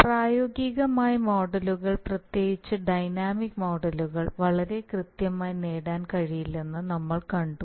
പ്രായോഗികമായി മോഡലുകൾ പ്രത്യേകിച്ച് ഡൈനാമിക് മോഡലുകൾ വളരെ കൃത്യമായി നേടാൻ കഴിയില്ലെന്ന് നമ്മൾ കണ്ടു